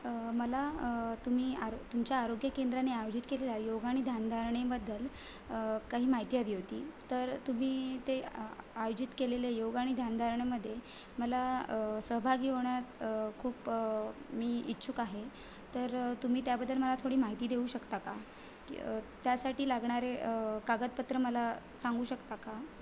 मला तुम्ही आरो तुमच्या आरोग्य केंद्राने आयोजित केलेल्या योग आणि ध्यानधारणेबद्दल काही माहिती हवी होती तर तुम्ही ते आयोजित केलेले योग आणि ध्यानधारणेमध्ये मला सहभागी होण्यास खूप मी इच्छुक आहे तर तुम्ही त्याबद्दल मला थोडी माहिती देऊ शकता का त्यासाठी लागणारे कागदपत्र मला सांगू शकता का